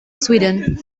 sweden